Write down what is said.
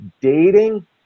dating